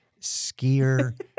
skier